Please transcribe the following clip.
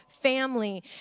family